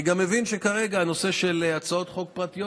אני גם מבין שכרגע הנושא של הצעות חוק פרטיות